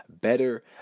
better